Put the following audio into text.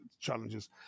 challenges